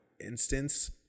instance